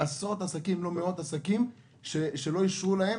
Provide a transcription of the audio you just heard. עשרות עסקים, אם לא מאות עסקים, שלא אישרו להם.